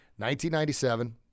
1997